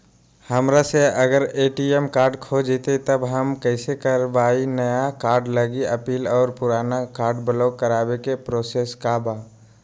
हमरा से अगर ए.टी.एम कार्ड खो जतई तब हम कईसे करवाई नया कार्ड लागी अपील और पुराना कार्ड ब्लॉक करावे के प्रोसेस का बा?